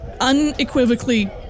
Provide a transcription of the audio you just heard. unequivocally